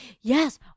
Yes